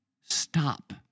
stop